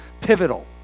pivotal